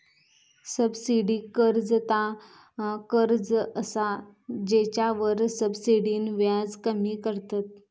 subsidy कर्ज ता कर्ज असा जेच्यावर सब्सिडीन व्याज कमी करतत